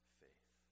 faith